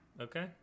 okay